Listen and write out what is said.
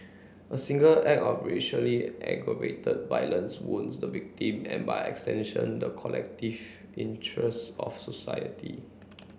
a single act of racially aggravated violence wounds the victim and by extension the collective interest of society